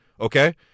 okay